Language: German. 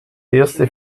erste